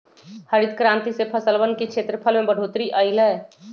हरित क्रांति से फसलवन के क्षेत्रफल में बढ़ोतरी अई लय